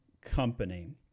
company